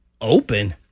open –